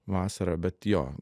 vasarą bet jo